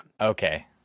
Okay